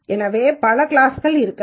எனவே பல கிளாஸ்கள் இருக்கலாம்